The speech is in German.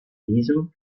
diesem